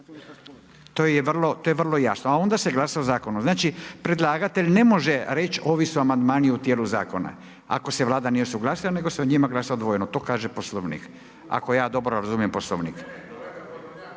To je vrlo jasno, a onda se glasa o zakonu. Znači predlagatelj ne može reći ovi su amandmani u tijelu zakona ako se Vlada nije usuglasila, nego se o njima glasa odvojeno. To kaže Poslovnik ako ja dobro razumijem Poslovnik.